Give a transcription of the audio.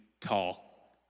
tall